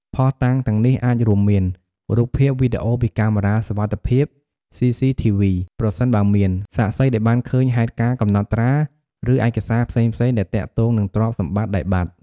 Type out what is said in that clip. ភស្តុតាងទាំងនេះអាចរួមមាន រូបភាព វីដេអូពីកាមេរ៉ាសុវត្ថិភាព ស៊ីស៊ីធីវី ប្រសិនបើមាន សាក្សីដែលបានឃើញហេតុការណ៍កំណត់ត្រា ឬឯកសារផ្សេងៗដែលទាក់ទងនឹងទ្រព្យសម្បត្តិដែលបាត់។